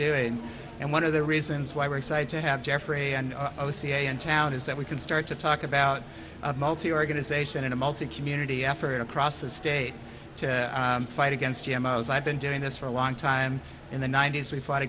doing and one of the reasons why we're excited to have jeffrey and the cia in town is that we can start to talk about a multi organization in a multi community effort across the state to fight against am i was i've been doing this for a long time in the ninety's we fight